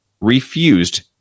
refused